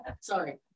Sorry